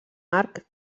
arc